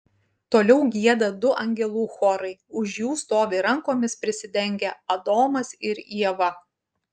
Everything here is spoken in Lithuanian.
toliau gieda du angelų chorai už jų stovi rankomis prisidengę adomas ir ieva